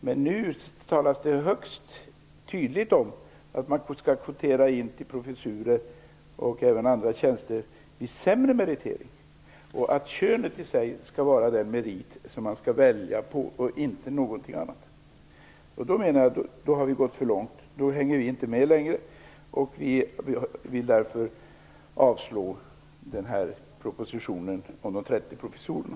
Men nu talas det högst tydligt om att man skall kvotera till professorstjänster och även andra tjänster vid sämre meritering. Det innebär att könet i sig skall vara den merit som man skall gå efter och ingenting annat. Då har man gått för långt. Då hänger vi inte med längre, och vi vill därför avslå propositionen om de 30 professorerna.